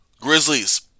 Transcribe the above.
Grizzlies